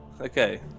Okay